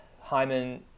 Hyman